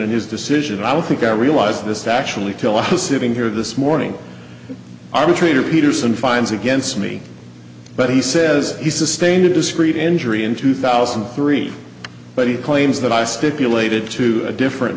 and his decision i don't think i realized this actually kill her sitting here this morning arbitrator peterson finds against me but he says he sustained a discreet injury in two thousand and three but he claims that i stipulated to a different